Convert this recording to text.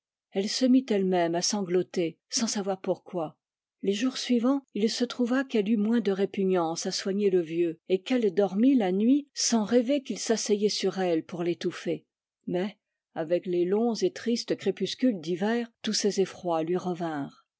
elle se mit elle-même à sangloter sans savoir pourquoi les jours suivants il se trouva qu'elle eut moins de répugnance à soigner le vieux et qu'elle dormit la nuit sans rêver qu'il s'asseyait sur elle pour l'étouffer mais avec les longs et tristes crépuscules d'hiver tous ses effrois lui